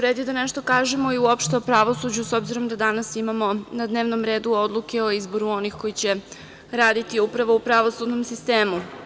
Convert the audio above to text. Red je da nešto kažemo uopšte o pravosuđu, s obzirom da danas imamo na dnevnom redu odluke o izboru onih koji će raditi upravo u pravosudnom sistemu.